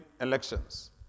elections